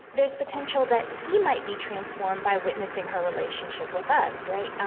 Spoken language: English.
there's potential that he might be transformed by witnessing her relationship with us, right?